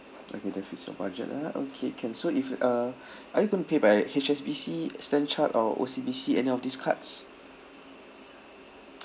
okay that fits your budget ah okay can so if uh are you going to pay by H_S_B_C stan chart or O_C_B_C any of these cards